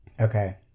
Okay